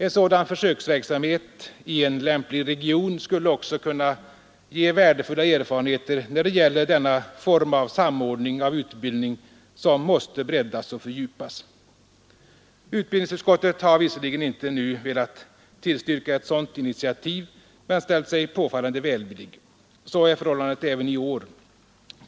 En sådan försöksverksamhet i en lämplig region skulle också kunna ge värdefulla erfarenheter när det gäller denna form av samordning av utbildning som måste breddas och fördjupas. Utbildningsutskottet har visserligen inte velat tillstyrka ett sådant initiativ — bl.a. med hänvisning till pågående utredningsarbete — men har ställt sig påfallande välvilligt. Så är förhållandet även i år.